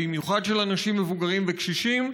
במיוחד של אנשים מבוגרים וקשישים,